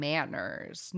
Manners